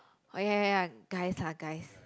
oh ya ya ya guys lah guys